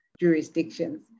jurisdictions